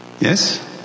Yes